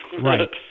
Right